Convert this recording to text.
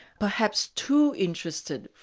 perhaps too interested,